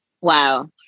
Wow